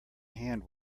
hand